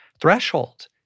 threshold